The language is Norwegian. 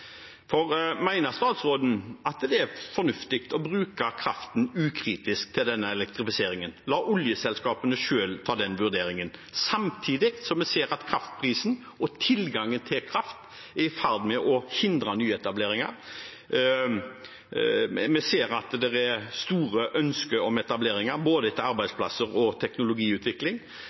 statsråden at det er fornuftig å bruke kraften ukritisk til denne elektrifiseringen, la oljeselskapene selv ta den vurderingen, samtidig som vi ser at kraftprisen og tilgangen til kraft er i ferd med å hindre nyetableringer? Vi ser at det er store ønsker om etableringer av både arbeidsplasser og teknologiutvikling.